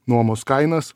nuomos kainas